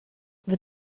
the